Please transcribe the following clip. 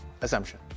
assumption